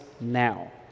now